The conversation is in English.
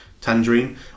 tangerine